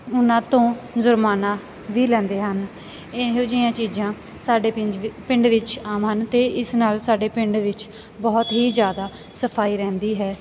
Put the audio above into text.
ਉਹਨਾਂ ਤੋਂ ਜੁਰਮਾਨਾ ਵੀ ਲੈਂਦੇ ਹਨ ਇਹੋ ਜਿਹੀਆਂ ਚੀਜ਼ਾਂ ਸਾਡੇ ਪਿੰਜ ਪਿੰਡ ਵਿੱਚ ਆਮ ਹਨ ਤੇ ਇਸ ਨਾਲ ਸਾਡੇ ਪਿੰਡ ਵਿੱਚ ਬਹੁਤ ਹੀ ਜ਼ਿਆਦਾ ਸਫਾਈ ਰਹਿੰਦੀ ਹੈ